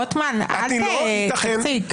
רוטמן, אל תציק.